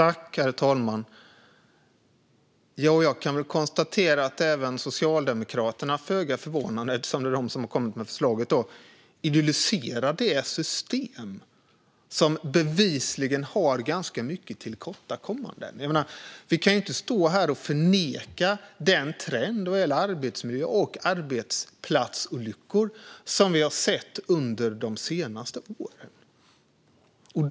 Herr talman! Jag kan konstatera att även Socialdemokraterna, föga förvånande eftersom det är de som har lagt fram förslaget, idylliserar det system som bevisligen har många tillkortakommanden. Vi kan inte stå här och förneka den trend vad gäller arbetsmiljö och arbetsplatsolyckor som har framgått under de senaste åren.